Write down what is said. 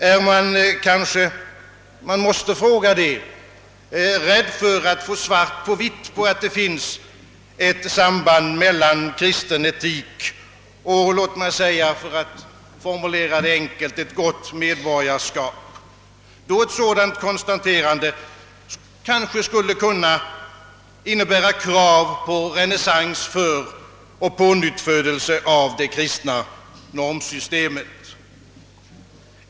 Är man — den frågan måste ställas — rädd för att få svart på vitt på att det finns ett samband mellan kristen etik och, för att formulera det enkelt, ett gott medborgarskap, då ett sådant konstaterande kanske skulle innebära "krav på renässans för och en pånyttfödelse av det kristna normsystemet?